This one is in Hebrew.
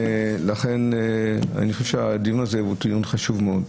לכן אני חושב שהדיון הזה הוא דיון חשוב מאוד.